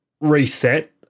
reset